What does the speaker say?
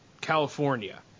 California